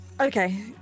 Okay